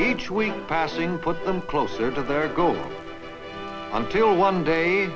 each week passing put them closer to their goals until one day